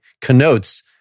connotes